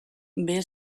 behe